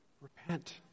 Repent